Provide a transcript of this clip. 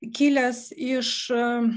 kilęs iš